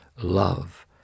love